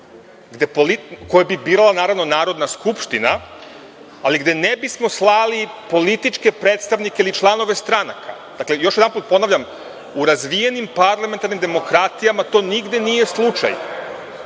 koje bi birala Narodna skupština, ali gde ne bismo slali političke predstavnike ili članove stranaka. Dakle, još jedanput ponavljam, u razvijenim parlamentarnim demokratijama to nigde nije slučaj.